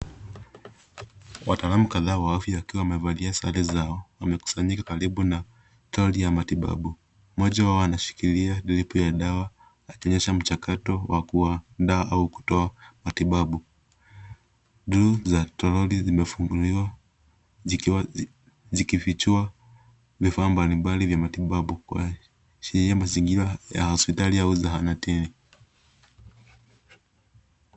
Wataalamu wa afya wakiwa wamevaa sare zao wamekusanyika karibu na troli ya matibabu. Moja wao anashikilia dripo ya dawa akionyesha mchakato wa kutoa au kuondoa matibabu. Ndoo za toroli zimefunguliwa zikifichua vifaa mbalimbali vya matibabu kuashiria mazingira ya hospitali au zahanati.